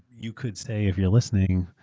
you could say if you're listening,